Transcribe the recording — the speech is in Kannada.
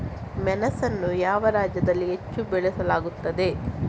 ಮೆಣಸನ್ನು ಯಾವ ರಾಜ್ಯದಲ್ಲಿ ಹೆಚ್ಚು ಬೆಳೆಯಲಾಗುತ್ತದೆ?